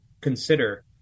consider